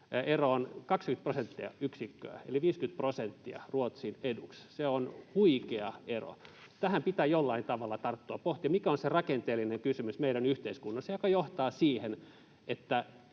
ero on 20 prosenttiyksikköä eli 50 prosenttia Ruotsin eduksi. Se on huikea ero. Tähän pitää jollain tavalla tarttua, pohtia, mikä on se rakenteellinen kysymys meidän yhteiskunnassamme, joka johtaa siihen,